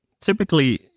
typically